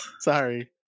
sorry